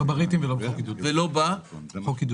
גם אם